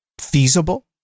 feasible